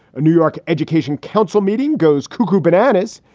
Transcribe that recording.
a new york education council meeting goes cuckoo bananas.